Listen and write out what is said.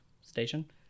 station